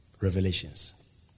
Revelations